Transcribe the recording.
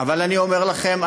אבל אני אומר לכם,